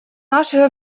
нашей